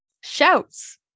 shouts